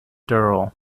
durrell